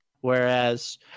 Whereas